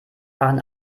waren